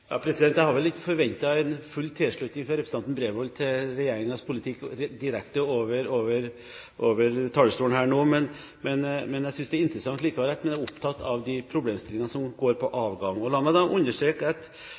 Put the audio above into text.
Jeg hadde vel ikke forventet en full tilslutning fra representanten Bredvold til regjeringens politikk direkte over talerstolen her nå, men jeg synes likevel det er interessant at han er opptatt av de problemstillingene som går på avgang. La meg understreke at